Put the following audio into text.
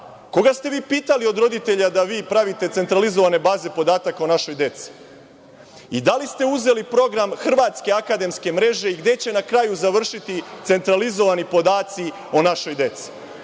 Koga ste vi pitali od roditelja da vi pravite centralizovane baze podataka o našoj deci i da li ste uzeli program Hrvatske akademske mreže i gde će na kraju završiti centralizovani podaci o našoj deci?